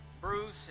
bruce